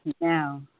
now